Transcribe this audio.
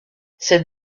cette